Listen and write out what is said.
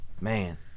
Man